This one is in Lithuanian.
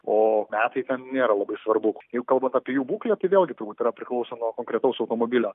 o metai ten nėra labai svarbu jeigu kalbant apie jų būklę tai vėlgi turbūt yra priklauso nuo konkretaus automobilio